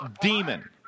demon